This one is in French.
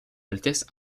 altesse